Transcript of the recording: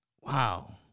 Wow